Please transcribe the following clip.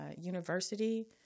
university